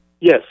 Yes